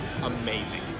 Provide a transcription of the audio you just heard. amazing